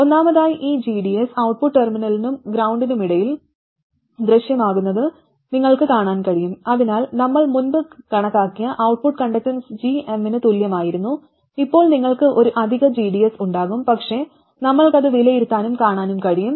ഒന്നാമതായി ഈ gds output ടെർമിനലിനും ഗ്രൌണ്ടിനുമിടയിൽ ദൃശ്യമാകുന്നത് നിങ്ങൾക്ക് കാണാൻ കഴിയും അതിനാൽ നമ്മൾ മുമ്പ് കണക്കാക്കിയ ഔട്ട്പുട്ട് കണ്ടക്റ്റൻസ് gm ന് തുല്യമായിരുന്നു ഇപ്പോൾ നിങ്ങൾക്ക് ഒരു അധിക gds ഉണ്ടാകും പക്ഷേ നമ്മൾക്കത് വിലയിരുത്താനും കാണാനും കഴിയും